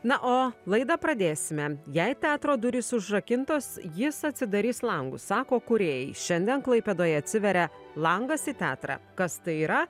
na o laidą pradėsime jei teatro durys užrakintos jis atsidarys langus sako kūrėjai šiandien klaipėdoje atsiveria langas į teatrą kas tai yra